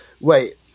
wait